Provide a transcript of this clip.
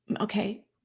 Okay